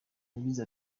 yagize